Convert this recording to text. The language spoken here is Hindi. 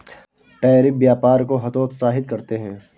टैरिफ व्यापार को हतोत्साहित करते हैं